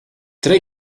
tre